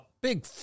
big